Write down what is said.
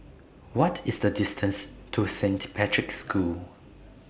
What IS The distance to Saint Patrick's School